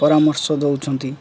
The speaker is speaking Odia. ପରାମର୍ଶ ଦଉଛନ୍ତି